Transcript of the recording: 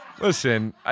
Listen